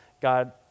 God